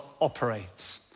operates